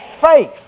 faith